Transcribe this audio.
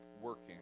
working